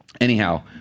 anyhow